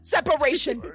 Separation